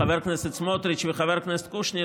חבר הכנסת סמוטריץ' וחבר הכנסת קושניר,